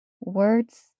Words